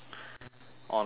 honestly